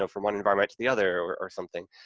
so from one environment to the other or something,